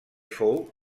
fou